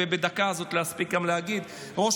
ובדקה הזאת גם להספיק להגיד ששמעתי שראש